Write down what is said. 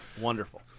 Wonderful